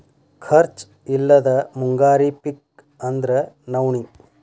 ಖರ್ಚ್ ಇಲ್ಲದ ಮುಂಗಾರಿ ಪಿಕ್ ಅಂದ್ರ ನವ್ಣಿ